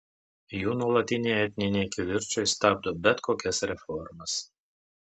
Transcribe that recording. jų nuolatiniai etniniai kivirčai stabdo bet kokias reformas